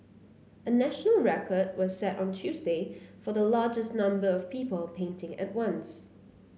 a national record was set on Tuesday for the largest number of people painting at once